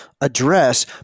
address